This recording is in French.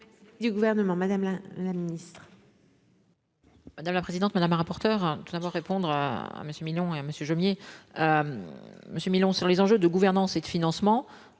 Madame la présidente, madame la rapporteur tout d'abord répondre à Monsieur Millon et Monsieur Jomier Monsieur Millon sur les enjeux de gouvernance et de financement.